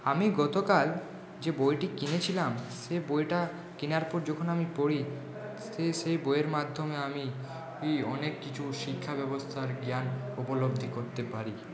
আমি গতকাল যে বইটি কিনেছিলাম সে বইটা কেনার পর যখন আমি পড়ি সে সেই বইয়ের মাধ্যমে আমিই অনেক কিছু শিক্ষাব্যবস্থার জ্ঞান উপলব্ধি করতে পারি